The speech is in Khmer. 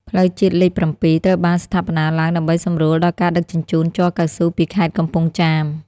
ផ្លូវជាតិលេខ ៧ ត្រូវបានស្ថាបនាឡើងដើម្បីសម្រួលដល់ការដឹកជញ្ជូនជ័រកៅស៊ូពីខេត្តកំពង់ចាម។